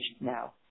now